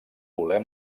voler